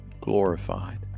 glorified